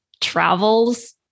travels